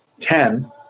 ten